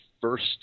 first